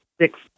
six